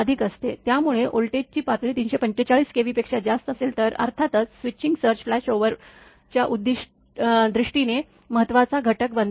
त्यामुळे व्होल्टेजची पातळी ३४५ केव्हीपेक्षा जास्त असेल तर अर्थातच स्विचिंग सर्ज फ्लॅशओव्हरच्या दृष्टीने महत्त्वाचा घटक बनतात